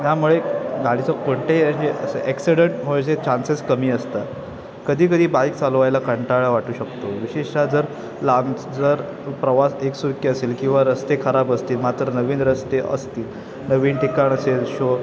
त्यामुळे गाडीचं कोणतेही असे ॲक्सिडंट व्हायचे चान्सेस कमी असतात कधी कधी बाईक चालवायला कंटाळा वाटू शकतो विशेषतः जर लांबचा जर प्रवास एकसुरखी असेल किंवा रस्ते खराब असतील मात्र नवीन रस्ते असतील नवीन ठिकाण असेल शो